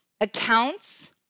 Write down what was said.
accounts